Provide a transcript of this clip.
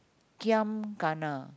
Giam Kana